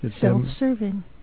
Self-serving